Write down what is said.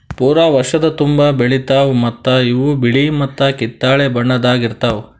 ಪೂರಾ ವರ್ಷದ ತುಂಬಾ ಬೆಳಿತಾವ್ ಮತ್ತ ಇವು ಬಿಳಿ ಮತ್ತ ಕಿತ್ತಳೆ ಬಣ್ಣದಾಗ್ ಇರ್ತಾವ್